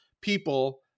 people